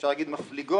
אפשר להגיד, מפליגות,